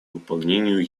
выполнению